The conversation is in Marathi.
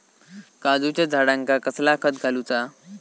काजूच्या झाडांका कसला खत घालूचा?